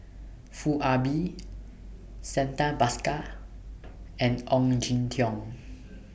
Foo Ah Bee Santha Bhaskar and Ong Jin Teong